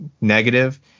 negative